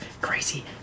crazy